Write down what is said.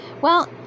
Well